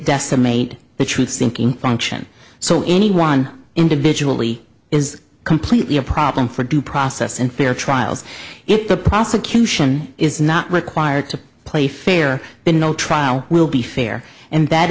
decimate the true thinking function so any one individual is completely a problem for due process and fair trials if the prosecution is not required to play fair been no trial will be fair and that